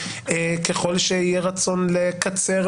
ככל שיהיה רצון לקצר,